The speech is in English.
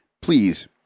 please